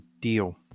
deal